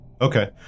Okay